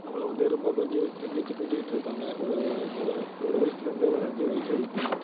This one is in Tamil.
நம்மளை வந்து ரொம்ப கொஞ்சி தூக்கி வச்சு கொஞ்சிக்கிட்டு இருப்பாங்கள் ஒரு ஒரு வயசுலேருந்தே ஒரு அஞ்சு வயசு வரைக்கும்